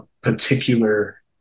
particular